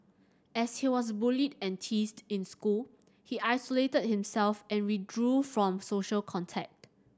as he was bullied and teased in school he isolated himself and withdrew from social contact